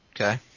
okay